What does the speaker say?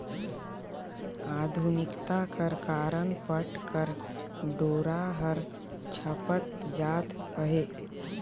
आधुनिकता कर कारन पट कर डोरा हर छपत जात अहे